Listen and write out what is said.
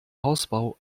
hausbau